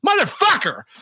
Motherfucker